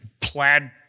plaid